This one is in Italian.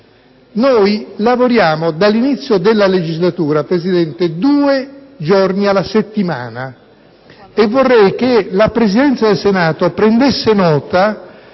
di lavoro. Dall'inizio della legislatura, Presidente, noi lavoriamo due giorni alla settimana, e vorrei che la Presidenza del Senato prendesse nota